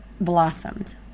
blossomed